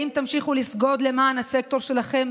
האם תמשיכו לסגוד לסקטור שלכם?